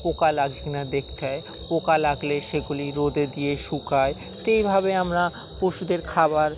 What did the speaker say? পোকা লাগছে কি না দেখতে হয় পোকা লাগলে সেগুলি রোদে দিয়ে শুকাই তো এইভাবে আমরা পশুদের খাবার